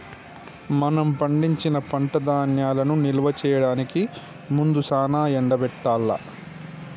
మనం పండించిన పంట ధాన్యాలను నిల్వ చేయడానికి ముందు సానా ఎండబెట్టాల్ల